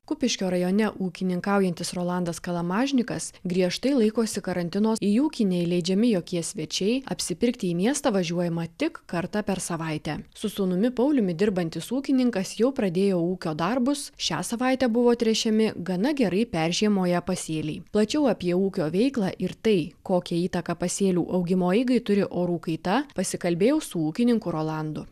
kupiškio rajone ūkininkaujantis rolandas kalamažnikas griežtai laikosi karantino į ūkį neįleidžiami jokie svečiai apsipirkti į miestą važiuojama tik kartą per savaitę su sūnumi pauliumi dirbantis ūkininkas jau pradėjo ūkio darbus šią savaitę buvo tręšiami gana gerai peržiemoję pasėliai plačiau apie ūkio veiklą ir tai kokią įtaką pasėlių augimo eigai turi orų kaita pasikalbėjau su ūkininkų rolandu